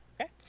Okay